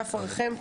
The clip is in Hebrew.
רדף אחריכם.